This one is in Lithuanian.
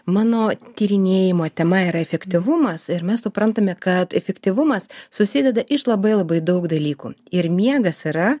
mano tyrinėjimo tema yra efektyvumas ir mes suprantame kad efektyvumas susideda iš labai labai daug dalykų ir miegas yra